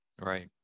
Right